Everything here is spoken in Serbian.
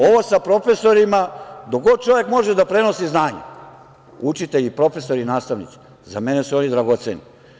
Ovo sa profesorima, dok god čovek može da prenosi znanje, učitelji, profesori i nastavnici, za mene su oni dragoceni.